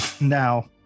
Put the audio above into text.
now